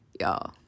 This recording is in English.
Y'all